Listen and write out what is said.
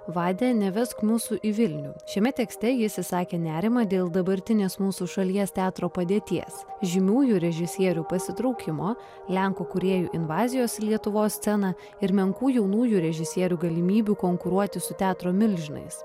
vade nevesk mūsų į vilnių šiame tekste jis išsakė nerimą dėl dabartinės mūsų šalies teatro padėties žymiųjų režisierių pasitraukimo lenkų kūrėjų invazijos į lietuvos sceną ir menkų jaunųjų režisierių galimybių konkuruoti su teatro milžinais